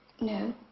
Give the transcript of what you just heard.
No